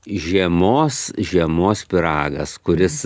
žiemos žiemos pyragas kuris